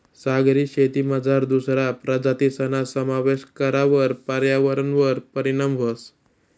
सागरी शेतीमझार दुसरा प्रजातीसना समावेश करावर पर्यावरणवर परीणाम व्हस